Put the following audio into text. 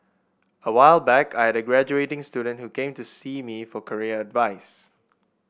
a while back I had a graduating student who came to see me for career advice